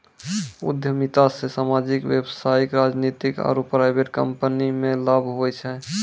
उद्यमिता से सामाजिक व्यवसायिक राजनीतिक आरु प्राइवेट कम्पनीमे लाभ हुवै छै